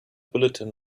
bulletin